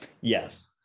Yes